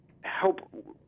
help